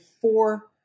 four